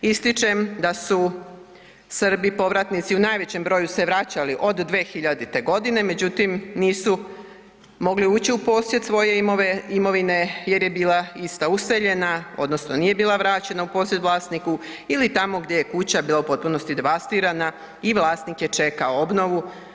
Ističem da su Srbi povratnici u najvećem broju se vraćali od 2000.godine, međutim nisu mogli ući u posjed svoje imovine jer je bila ista useljena odnosno nije bila vraćena u posjed vlasniku ili tamo gdje je kuća bila u potpunosti devastirana i vlasnik je čekao obnovu.